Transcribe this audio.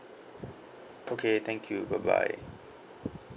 okay thank you bye bye